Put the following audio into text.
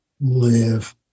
live